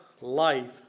life